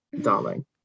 darling